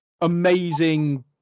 amazing